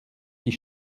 die